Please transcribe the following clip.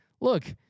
look